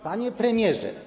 Panie Premierze!